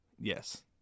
Yes